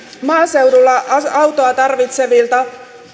maaseudulla autoa tarvitsevilta